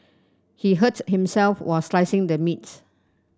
he hurt himself while slicing the meat